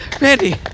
Randy